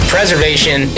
Preservation